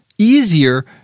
easier